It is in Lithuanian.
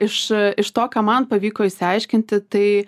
iš iš to ką man pavyko išsiaiškinti tai